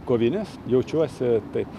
kovinės jaučiuosi taip